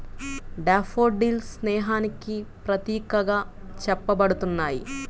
daffodils స్నేహానికి ప్రతీకగా చెప్పబడుతున్నాయి